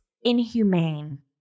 inhumane